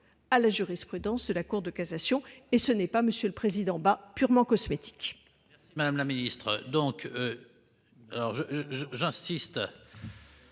à la jurisprudence de la Cour de cassation, ce qui n'est pas, monsieur le président Bas, purement cosmétique